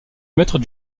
maître